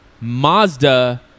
Mazda